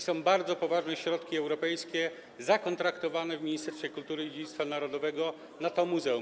Są bardzo poważne środki europejskie zakontraktowane w Ministerstwie Kultury i Dziedzictwa Narodowego na to muzeum.